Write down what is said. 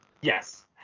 Yes